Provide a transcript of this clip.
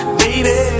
baby